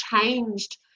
changed